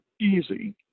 easy